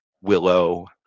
willow